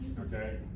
Okay